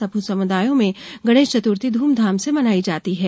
सभी समुदायों में गणेश चत्र्थी ध्रमधाम से मनाई जाती है